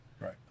right